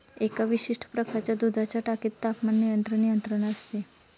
एका विशिष्ट प्रकारच्या दुधाच्या टाकीत तापमान नियंत्रण यंत्रणा असते